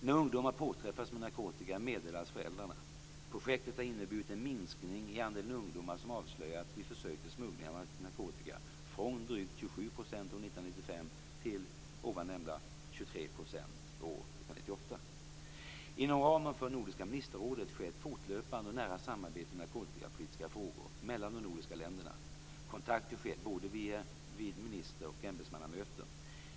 När ungdomar påträffas med narkotika meddelas föräldrarna. Projektet har inneburit en minskning av andelen ungdomar som avslöjats vid försök till smuggling av narkotika, från drygt 27 % år Inom ramen för Nordiska ministerrådet sker ett fortlöpande och nära samarbete i narkotikapolitiska frågor mellan de nordiska länderna. Kontakter sker både vid minister och ämbetsmannamöten.